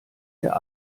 der